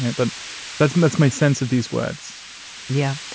and but that's me. that's my sense of these words yeah.